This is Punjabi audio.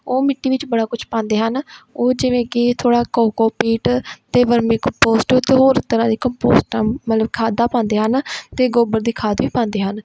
ਉਹ ਮਿੱਟੀ ਵਿੱਚ ਬੜਾ ਕੁਛ ਪਾਉਂਦੇ ਹਨ ਉਹ ਜਿਵੇਂ ਕਿ ਥੋੜ੍ਹਾ ਕੋਕੋਪੀਟ ਅਤੇ ਵਰਮੀ ਕੰਪੋਸਟ ਅਤੇ ਹੋਰ ਤਰ੍ਹਾਂ ਦੀ ਕੰਪੋਸਟਾਂ ਮਤਲਬ ਖਾਦਾਂ ਪਾਉਂਦੇ ਹਨ ਅਤੇ ਗੋਬਰ ਦੀ ਖਾਦ ਵੀ ਪਾਉਂਦੇ ਹਨ